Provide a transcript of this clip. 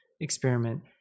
experiment